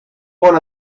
buon